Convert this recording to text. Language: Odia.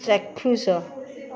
ଚାକ୍ଷୁଷ